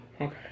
okay